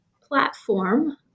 platform